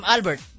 Albert